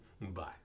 Bye